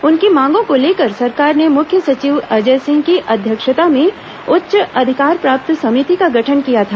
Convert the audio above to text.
उनकी मांगों को लेकर सरकार ने मुख्य सचिव अजय सिंह की अध्यक्षता में उच्च अधिकार प्राप्त समिति का गठन किया था